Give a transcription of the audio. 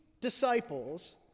disciples